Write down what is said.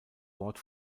wort